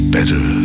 Better